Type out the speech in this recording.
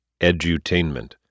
edutainment